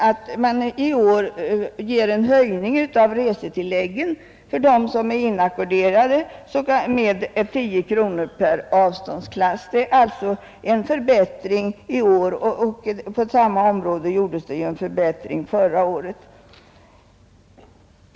I år föreslås en höjning av resetilläggen för dem som är inackorderade med tio kronor per avståndsklass, Förra året infördes en förbättring på samma område.